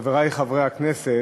תודה רבה לך, חברי חברי הכנסת,